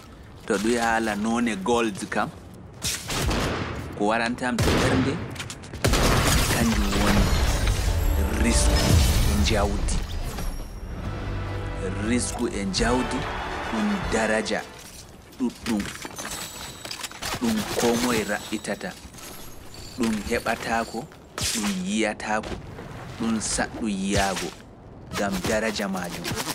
To ɗum haala noone gold kam, ko warantam to ɓernde, kanjum woni risku e jawdi, risku e jawdi ɗum daraja ɗum ɗum, ɗum koo moye raɓɓitata, ɗum heɓataako, ɗum yiyataako, ɗum saɗɗu yiyaago, ngam daraja maajum.